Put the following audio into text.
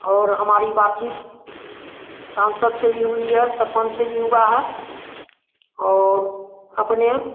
और हमारी बातचीत सांसद से भी हुई है सरपंच से भी हुई है और अपने